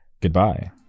goodbye